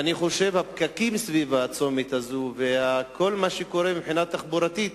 והפקקים סביבו, כל מה שקורה מבחינה תחבורתית